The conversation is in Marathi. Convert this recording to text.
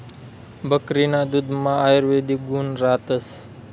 बकरीना दुधमा आयुर्वेदिक गुण रातस